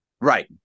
Right